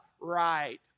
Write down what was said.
Right